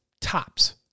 tops